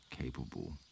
capable